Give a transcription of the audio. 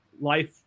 life